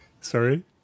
sorry